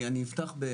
אני אפתח,